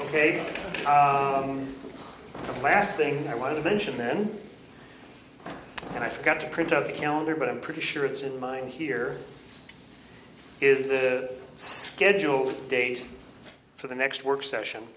the last thing i want to mention then and i forgot to print out the calendar but i'm pretty sure it's in mind here is the scheduled date for the next work session